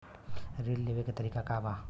ऋण लेवे के तरीका का बा?